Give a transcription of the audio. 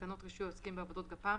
לתקנות רישוי העוסקים בעבודות גפ"מ,